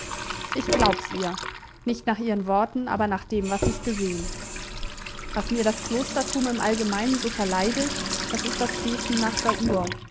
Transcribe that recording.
ich glaub's ihr nicht nach ihren worten aber nach dem was ich gesehen was mir das klostertum im allgemeinen so verleidet das ist das beten nach der uhr